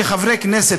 כחברי כנסת,